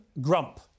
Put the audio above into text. grump